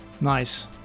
nice